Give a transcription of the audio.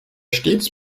stets